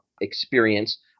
experience